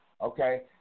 okay